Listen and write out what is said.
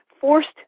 forced